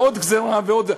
בעוד גזירה ועוד גזירה.